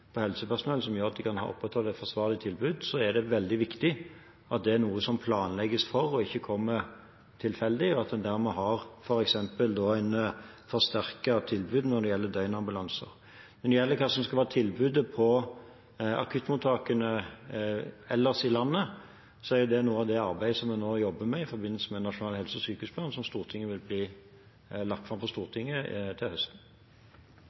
på helsepersonell som gjør at de kan opprettholde et forsvarlig tilbud, er det veldig viktig at det er noe som det planlegges for, at det ikke kommer tilfeldig, og at man dermed har f.eks. et forsterket tilbud når det gjelder døgnambulanse. Når det gjelder hva som skal være tilbudet på akuttmottakene ellers i landet, er det noe av det arbeidet som vi nå jobber med i forbindelse med en nasjonal helse- og sykehusplan som vil bli lagt fram for Stortinget til høsten.